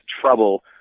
trouble